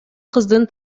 кыздын